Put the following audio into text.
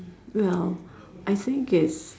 well I think it's